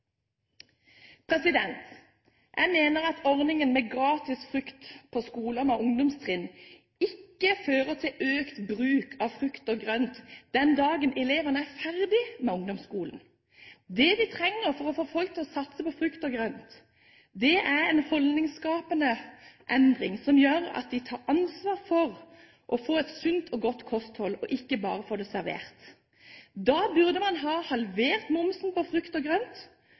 Jeg mener at ordningen med gratis frukt på skoler med ungdomstrinn ikke fører til økt bruk av frukt og grønt den dagen elevene er ferdige med ungdomsskolen. Det vi trenger for å få folk til å satse på frukt og grønt, er en holdningsendring som gjør at man tar ansvar for å få et sunt og godt kosthold, og ikke bare får det servert. Da burde man halvere momsen på frukt og grønt.